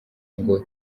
ngo